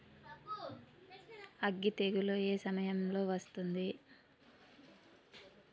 అగ్గి తెగులు ఏ సమయం లో వస్తుంది?